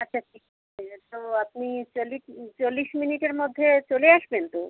আচ্ছা ঠিক তো আপনি চল্লিশ চল্লিশ মিনিটের মধ্যে চলে আসবেন তো